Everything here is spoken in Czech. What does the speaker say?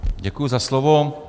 Děkuji za slovo.